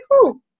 cool